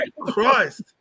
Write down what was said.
Christ